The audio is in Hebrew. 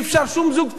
שום זוג צעיר,